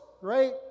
great